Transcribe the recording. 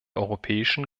europäischen